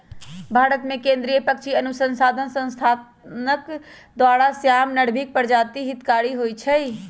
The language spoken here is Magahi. भारतमें केंद्रीय पक्षी अनुसंसधान संस्थान द्वारा, श्याम, नर्भिक प्रजाति हितकारी होइ छइ